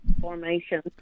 formation